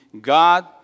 God